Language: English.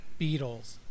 Beatles